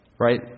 Right